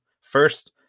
first